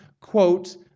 quote